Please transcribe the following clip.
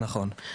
נכון.